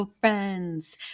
friends